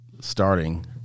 starting